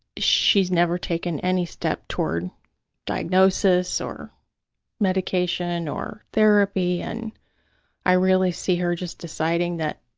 she's never taken any step toward diagnosis or medication or therapy, and i really see her just deciding that,